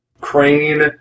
Crane